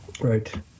Right